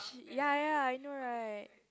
ya ya ya I know right